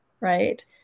right